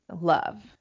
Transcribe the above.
love